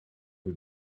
who